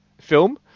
film